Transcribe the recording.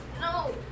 No